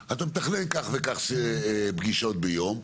אתה מתכנן כך וכך פגישות ביום,